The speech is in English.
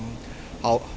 how